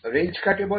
range কাকে বলে